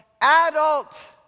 adult